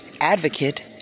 advocate